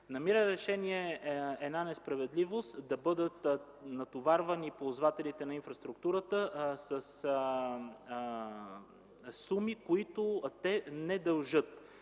Намира решение една несправедливост: да бъдат натоварени ползвателите на инфраструктурата със суми, които те не дължат.